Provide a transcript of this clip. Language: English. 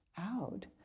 out